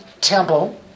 temple